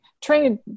trade